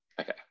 Okay